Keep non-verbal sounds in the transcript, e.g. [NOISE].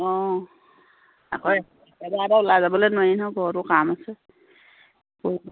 অঁ আকৌ এবাৰতে ওলাই যাব নোৱাৰি নহয় ঘৰতো কাম আছে [UNINTELLIGIBLE]